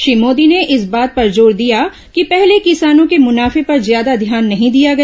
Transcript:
श्री मोदी ने इस बात पर जोर दिया कि पहले किसानों के मुनाफे पर ज्यादा ध्यान नहीं दिया गया